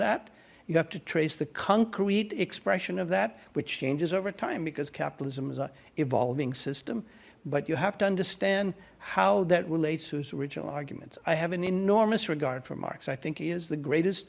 that you have to trace the concrete expression of that which changes over time because capitalism is a evolving system but you have to understand how that relates to its original arguments i have an enormous regard for marx i think is the